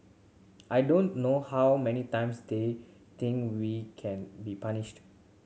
I don't know how many times they think we can be punished